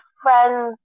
friends